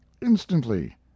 instantly